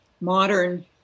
modern